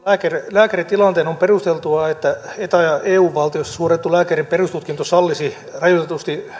lääkäritilanteen on perusteltua että eta ja eu valtioissa suoritettu lääkärin perustutkinto sallisi rajoitetusti